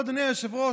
אדוני היושב-ראש,